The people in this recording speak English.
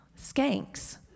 skanks